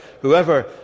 Whoever